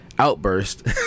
Outburst